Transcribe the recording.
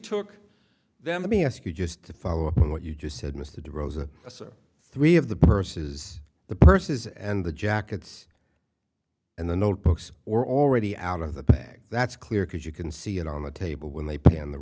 took them to me ask you just to follow up on what you just said mr de rosa so three of the purses the purses and the jackets and the notebooks or already out of the bag that's clear because you can see it on the table when they pan the